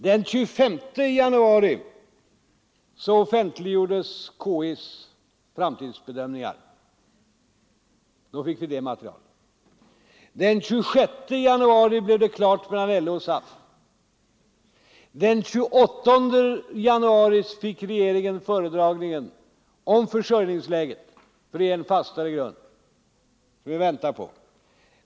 Den 25 januari offentliggjordes KI:s framtidsbedömningar. Då fick vi det materialet. Den 26 januari blev det klart mellan LO och SAF. Den 28 januari fick regeringen föredragningen om försörjningsläget. Den gav den fastare grund som vi väntade på.